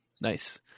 Nice